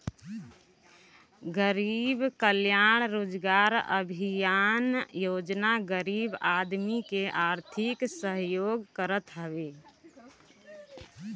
गरीब कल्याण रोजगार अभियान योजना गरीब आदमी के आर्थिक सहयोग करत हवे